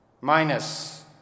minus